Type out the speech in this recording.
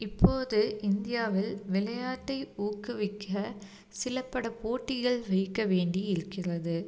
இப்போது இந்தியாவில் விளையாட்டை ஊக்குவிக்க சில பல போட்டிகள் வைக்க வேண்டி இருக்கிறது